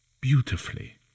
beautifully